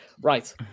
Right